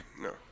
No